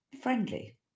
friendly